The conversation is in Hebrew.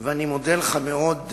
ואני מודה לך מאוד,